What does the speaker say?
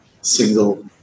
single